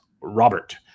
Robert